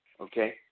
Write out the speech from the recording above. okay